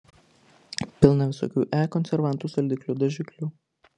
pilna visokių e konservantų saldiklių dažiklių